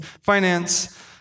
finance